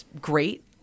great